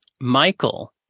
Michael